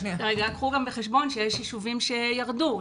קחו גם בחשבון שיש יישובים שירדו.